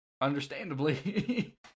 understandably